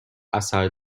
اثر